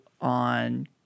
on